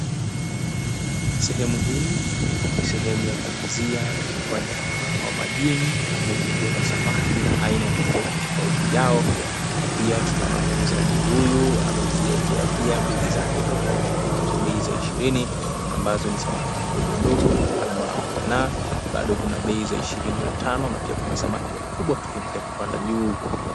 Sehemu hii ni sehemu ya kuuzia wanyama wa majini ama ukipenda samaki na aina tofauti tofauti yao. Na pia tunaona muuzaji huyu ameziekea pia bei zake tofauti. Kunazo bei za 20 ambazo ni samaki kidogo dogo kama omena. Bado kuna bei za 25 na pia kuna samaki wakubwa tukiendelea kupanda juu.